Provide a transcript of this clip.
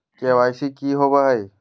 KYC की हॉबे हय?